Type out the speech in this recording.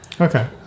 Okay